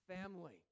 family